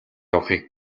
авахыг